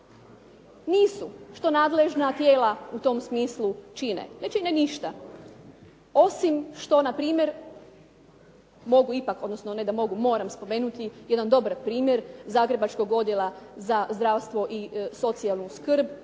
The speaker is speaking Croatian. Nisu. Što nadležna tijela u tom smislu čine? Ne čine ništa. Osim što na primjer mogu ipak, odnosno ne da mogu, moram spomenuti jedan dobar primjer zagrebačkog odjela za zdravstvo i socijalnu skrb